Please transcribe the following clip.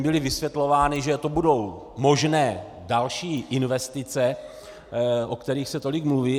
Bylo vysvětlováno, že budou možné další investice, o kterých se tolik mluví.